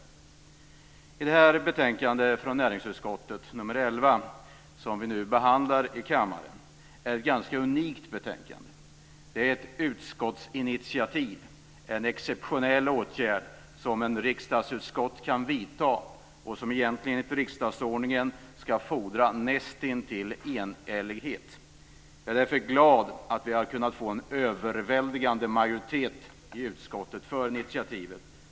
Näringsutskottets betänkande nr 11, som vi nu behandlar i kammaren, är ett ganska unikt betänkande. Det är ett utskottsinitiativ, en exceptionell åtgärd som ett riksdagsutskott kan vidta och som enligt riksdagsordningen fordrar näst intill enhällighet. Jag är därför glad över att vi har kunnat få en överväldigande majoritet i utskottet för detta initiativ.